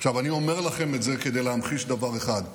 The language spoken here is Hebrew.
עכשיו, אני אומר לכם את זה כדי להמחיש דבר אחד: